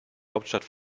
hauptstadt